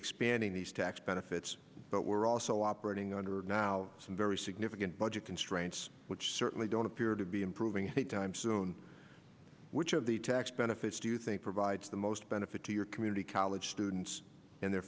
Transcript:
expanding these tax benefits but we're also operating under now some very significant budget constraints which certainly don't appear to be improving time soon which of the tax benefits do you think provides the most benefit to your community college students and their